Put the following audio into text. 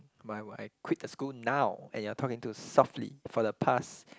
my I quit the school now and you're talking too softly for the past